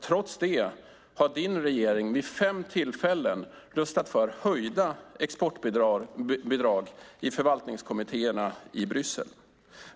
Trots det har din regering, Bengt-Anders, vid fem tillfällen röstat för höjda exportbidrag i förvaltningskommittéerna i Bryssel.